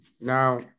Now